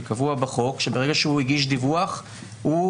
כי קבוע בחוק שברגע שהוא הגיש דיווח הוא